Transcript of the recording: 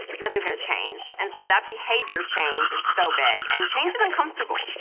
nothing's gonna change. and so that behavior change is so big. and change is uncomfortable.